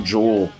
Jewel